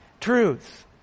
Truth